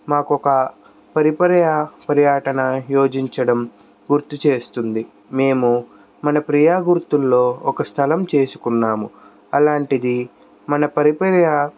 మాకు ఒక పరి పరియా పర్యాటన యోచించడం గుర్తుచేస్తుంది మేము మన ప్రియా గుర్తుల్లో ఒక స్థలం చేసుకున్నాము అలాంటిది మన పరి పరియా